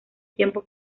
tiempo